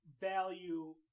value